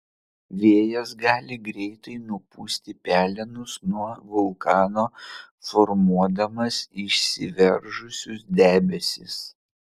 vėjas gali greitai nupūsti pelenus nuo vulkano formuodamas išsiveržusius debesis